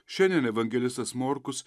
šiandien evangelistas morkus